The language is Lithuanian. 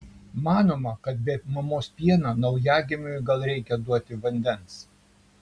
manoma kad be mamos pieno naujagimiui gal reikia duoti vandens